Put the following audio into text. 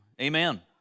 Amen